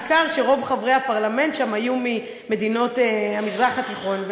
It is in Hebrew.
בעיקר שרוב חברי הפרלמנט שם היו ממדינות המזרח התיכון,